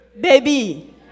Baby